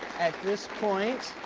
at this point,